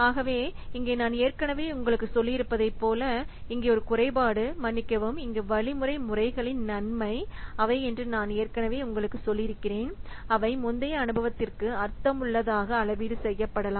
ஆகவே இங்கே நான் ஏற்கனவே உங்களுக்குச் சொல்லியிருப்பதைப் போல இங்கே ஒரு குறைபாடு மன்னிக்கவும் இங்கு வழிமுறை முறைகளின் நன்மை அவைஎன்று நான் ஏற்கனவே உங்களுக்குச் சொல்லியிருக்கிறேன் அவை முந்தைய அனுபவத்திற்கு அர்த்தமுள்ளதாக அளவீடு செய்யப்படலாம்